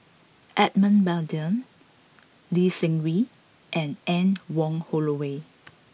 Edmund Blundell Lee Seng Wee and Anne Wong Holloway